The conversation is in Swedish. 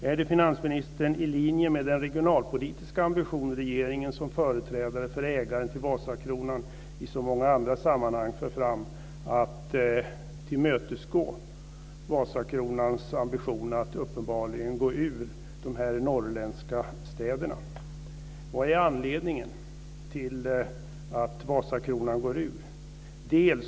Är det i linje med den regionpolitiska ambition som regeringen har, och som man som företrädare för ägaren till Vasakronan i så många andra sammanhang för fram, att tillmötesgå Vasakronans ambition att gå ur de här norrländska städerna? Vad är anledningen till att Vasakronan går ur?